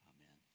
Amen